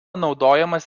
naudojamas